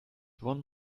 one